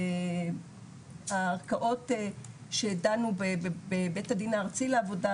הערכאות שדנו בבית הדין הארצי לעבודה,